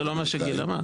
זה לא מה שגיל אמר.